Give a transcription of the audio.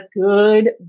good